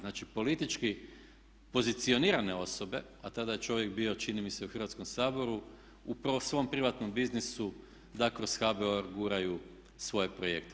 Znači politički pozicionirane osobe, a tada je čovjek bio čini mi se u Hrvatskom saboru, upravo u svom privatnom biznisu da kroz HBOR guraju svoje projekte.